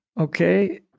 Okay